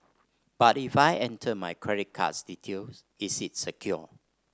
but if I enter my credit card details is it secure